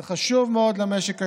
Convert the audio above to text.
זה חשוב מאוד למשק הישראלי,